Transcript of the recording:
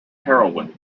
heroin